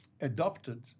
adopted